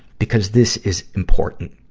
because this is important.